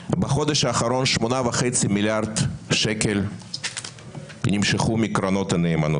ולכן, אין סודות, רק שקרים.